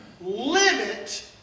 limit